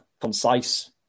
concise